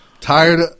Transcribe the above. Tired